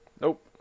Nope